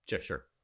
Sure